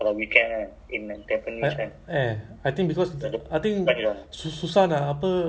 oh actually don't but I think this one in singapore mostly don't have you know those um